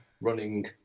running